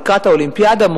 לקראת האולימפיאדה,